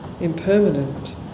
impermanent